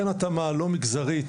אין התאמה לא מגזרית,